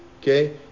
okay